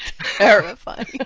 terrifying